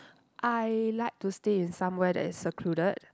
I like to stay in somewhere that is secluded